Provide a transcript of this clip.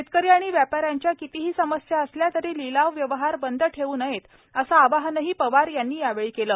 शेतकरी आणि व्यापाऱ्यांच्या कितीही समस्या असल्या तरी लिलाव व्यवहार बंद ठेवू नयेत असं आवाहनही पवार यांनी यावेळी केलं